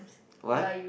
what